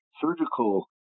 surgical